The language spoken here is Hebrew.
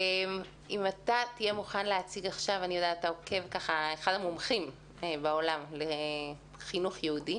פומזון תהיה מוכן להציג עכשיו אתה אחד המומחים בעולם לחינוך יהודי.